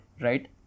right